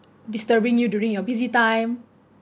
disturbing you during your busy time